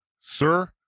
Sir